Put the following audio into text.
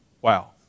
wow